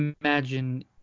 imagine